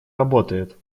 работает